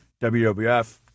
WWF